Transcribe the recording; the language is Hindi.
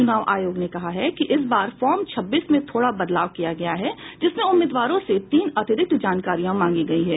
चुनाव आयोग ने कहा है कि इस बार फार्म छब्बीस में थोड़ा बदलाव किया गया है जिसमें उम्मीदवारों से तीन अतिरिक्त जानकारी मांगी गयी है